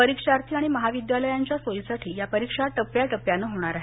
परीक्षार्थी आणि संलग्नित महाविद्यालयाच्या सोयीसाठी या परीक्षा टप्प्याटप्प्याने होणार आहेत